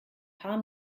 paar